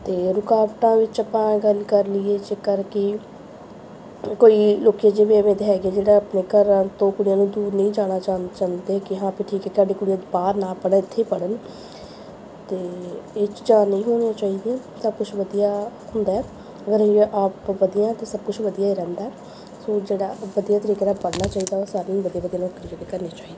ਅਤੇ ਰੁਕਾਵਟਾਂ ਵਿੱਚ ਆਪਾਂ ਗੱਲ ਕਰ ਲਈਏ ਜੇਕਰ ਕਿ ਕੋਈ ਲੋਕ ਅਜੇ ਵੀ ਐਵੇਂ ਦੇ ਹੈਗੇ ਜਿਹੜਾ ਆਪਣੇ ਘਰਾਂ ਤੋਂ ਕੁੜੀਆਂ ਨੂੰ ਦੂਰ ਨਹੀਂ ਜਾਣਾ ਚਹੁੰ ਚਾਹੁੰਦੇ ਕਿ ਹਾਂ ਵੀ ਠੀਕ ਹੈ ਸਾਡੀਆਂ ਕੁੜੀਆਂ ਬਾਹਰ ਨਾ ਪੜ੍ਹਨ ਇੱਥੇ ਪੜ੍ਹਣ ਅਤੇ ਇਹ ਚੀਜ਼ਾਂ ਨਹੀਂ ਹੋਣੀਆਂ ਚਾਹੀਦੀਆਂ ਸਭ ਕੁਛ ਵਧੀਆ ਹੁੰਦਾ ਹੈ ਅਗਰ ਅਸੀਂ ਆਪ ਵਧੀਆ ਤਾਂ ਸਭ ਕੁਛ ਵਧੀਆ ਹੀ ਰਹਿੰਦਾ ਹੈ ਸੋ ਜਿਹੜਾ ਵਧੀਆ ਤਰੀਕੇ ਨਾਲ ਪੜ੍ਹਨਾ ਚਾਹੀਦਾ ਹੈ ਸਾਰਿਆਂ ਨੂੰ ਵਧੀਆ ਵਧੀਆ ਨੌਕਰੀ ਜਿਹੜੀ ਕਰਨੀ ਚਾਹੀਦੀ ਹੈ